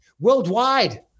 worldwide